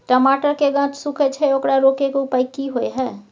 टमाटर के गाछ सूखे छै ओकरा रोके के उपाय कि होय है?